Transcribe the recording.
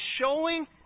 showing